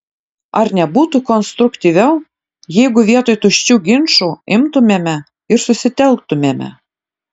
ar nebūtų konstruktyviau jeigu vietoj tuščių ginčų imtumėme ir susitelktumėme